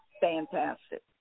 fantastic